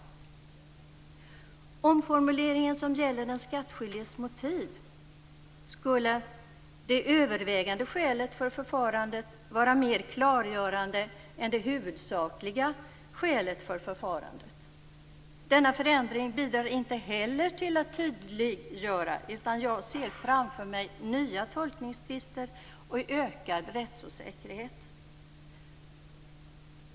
När det gäller omformuleringen beträffande den skattskyldiges motiv, kan man fråga sig om det övervägande skälet för förfarandet skulle vara mer klargörande än det huvudsakliga skälet för förfarandet. Denna förändring bidrar inte heller till att tydliggöra. Jag ser framför mig nya tolkningstvister och ökad rättsosäkerhet.